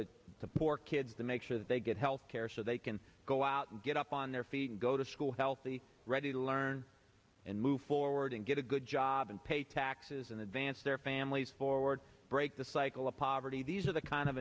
to the poor kids to make sure that they get health care so they can go out and get up on their feet and go to school healthy ready to learn and move forward and get a good job and pay taxes in advance their families forward break the cycle of poverty these are the kind of